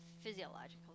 physiological